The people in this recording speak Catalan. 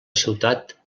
ciutat